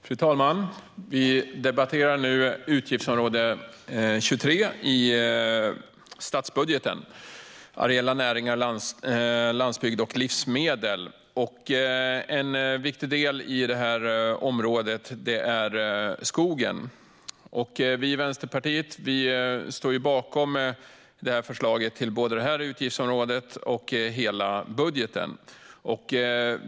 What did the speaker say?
Fru talman! Vi debatterar nu statsbudgetens utgiftsområde 23 Areella näringar, landsbygd och livsmedel. En viktig del i det här området är skogen. Vi i Vänsterpartiet står bakom förslaget i både utgiftsområdet och hela budgeten.